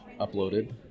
uploaded